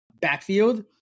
backfield